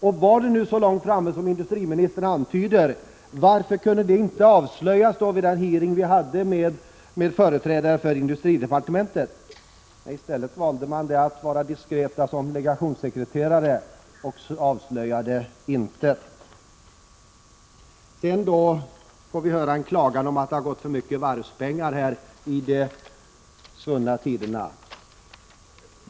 Om planerna var så långt framskridna som industriministern antyder, varför kunde ni då inte avslöja det vid den hearing som utskottet hade med företrädare för industridepartementet? I stället valde ni att vara diskreta som legationssekreterare och avslöjade intet. Sedan fick vi höra en klagan över att det gått för mycket pengar till varven under svunna tider.